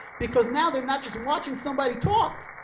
because now they're not just watching somebody talk.